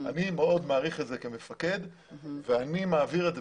אני מאוד מעריך את זה כמפקד ואני מעביר את זה.